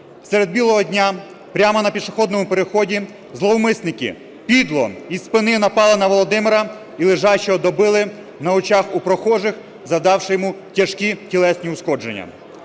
Серед білого дня прямо на пішохідному переході зловмисники підло, із спини напали на Володимира і лежачого добили на очах у прохожих, завдавши йому тяжкі тілесні ушкодження.